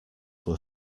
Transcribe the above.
were